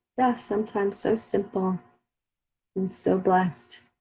yeah, sometimes, so simple and so blessed.